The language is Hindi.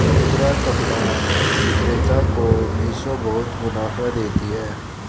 खुदरा कपड़ा विक्रेता को मिशो बहुत मुनाफा देती है